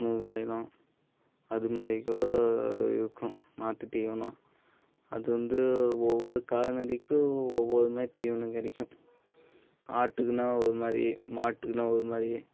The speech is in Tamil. மூவாயிரம் அது மாதிரி கூட இருக்கும் மாட்டுத் தீவனம் அது வந்து ஒவ்வொரு கால்நடைக்கும் ஒவ்வொரு மாதிரி தீவனம் கிடைக்கும் ஆட்டுக்குனால் ஒரு மாதிரி மாட்டுக்குனால் ஒரு மாதிரி